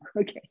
Okay